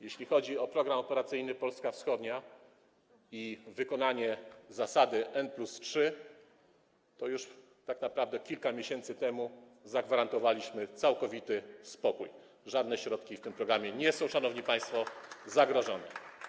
Jeśli chodzi o Program Operacyjny „Polska Wschodnia” i wykonanie zasady n+3, to już tak naprawdę kilka miesięcy temu zagwarantowaliśmy całkowity spokój, żadne środki w tym programie nie są, szanowni państwo, zagrożone.